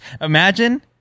Imagine